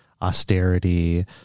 austerity